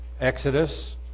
Exodus